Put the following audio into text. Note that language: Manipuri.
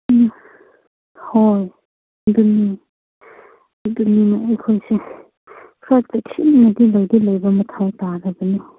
ꯎꯝ ꯍꯣꯏ ꯑꯗꯨꯝ ꯑꯗꯨꯅꯤꯅꯦ ꯑꯩꯈꯣꯏꯁꯦ ꯃꯊꯧ ꯇꯥꯗꯕꯅꯤ